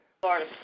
Florida